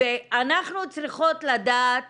ואנחנו צריכות לדעת